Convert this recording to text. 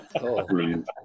Brilliant